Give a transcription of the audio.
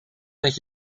met